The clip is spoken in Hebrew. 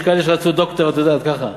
יש כאלה שהוציאו דוקטור, את יודעת, ככה.